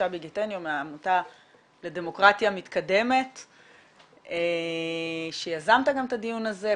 שבי גטניו מהעמותה לדמוקרטיה מתקדמת שיזמת גם א תה דיון הזה,